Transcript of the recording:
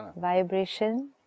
Vibration